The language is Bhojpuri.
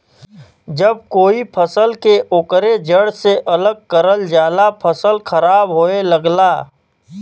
जब कोई फसल के ओकरे जड़ से अलग करल जाला फसल खराब होये लगला